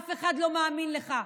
אף אחד לא מאמין לך,